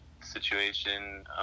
situation